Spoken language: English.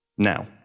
Now